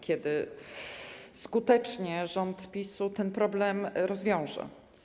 Kiedy skutecznie rząd PiS ten problem rozwiąże?